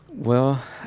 well,